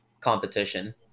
competition